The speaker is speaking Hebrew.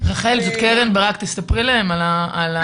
רחל, תספרי להם על המערכת.